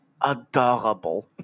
Adorable